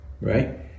right